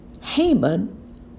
Haman